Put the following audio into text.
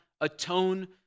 atone